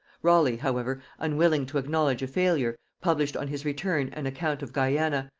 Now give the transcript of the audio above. raleigh however, unwilling to acknowledge a failure, published on his return an account of guiana,